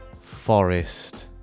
forest